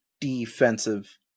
defensive